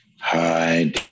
Hi